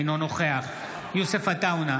אינו נוכח יוסף עטאונה,